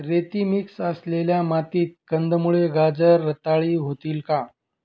रेती मिक्स असलेल्या मातीत कंदमुळे, गाजर रताळी होतील का?